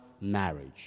marriage